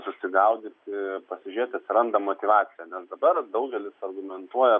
susigaudyti pasižiūrėti atsiranda motyvacija nes dabar daugelis argumentuoja